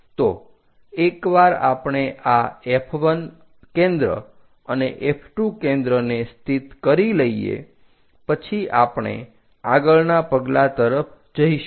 તો એક વાર આપણે આ F1 કેન્દ્ર અને F2 કેન્દ્રને સ્થિત કરી લઈએ પછી આપણે આગળના પગલાં તરફ જઈશું